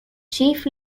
chief